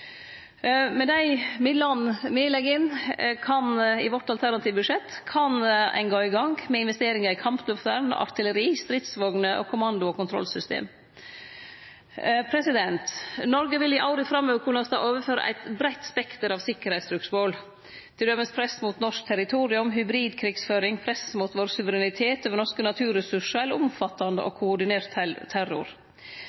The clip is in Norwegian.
Med dei midlane me legg inn i vårt alternative budsjett, kan ein gå i gang med investeringar i kampluftvern, artilleri, stridsvogner og kommando- og kontrollsystem. Noreg vil i åra framover kunne stå overfor eit breitt spekter av sikkerheitstrugsmål, t.d. press mot norsk territorium, hybridkrigsføring, press mot suvereniteten vår over norske naturressursar eller omfattande og